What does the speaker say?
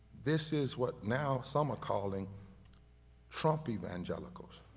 this is what now some are calling trump evangelicals